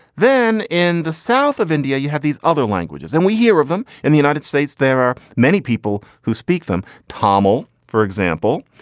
then in the south of india, you have these other languages and we hear of them in the united states. there are many people who speak them, tommo, for example,